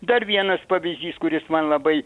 dar vienas pavyzdys kuris man labai